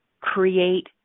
create